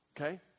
okay